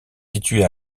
située